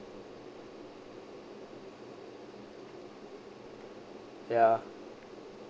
ya